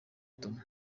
butumwa